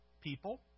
people